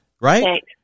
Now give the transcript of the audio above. right